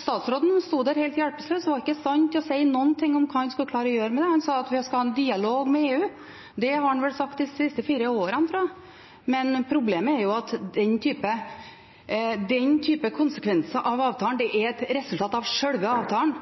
Statsråden sto der helt hjelpeløs og var ikke i stand til å si noen ting om hva han skulle klare å gjøre med det. Han sa at vi skal ha en dialog med EU. Det har han vel sagt de siste fire årene, tror jeg. Men problemet er at den typen konsekvenser av avtalen er et resultat av sjølve avtalen,